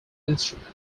instrument